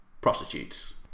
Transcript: prostitutes